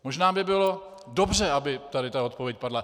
Možná by bylo dobře, aby tady ta odpověď padla.